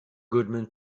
goodman